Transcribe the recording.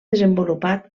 desenvolupat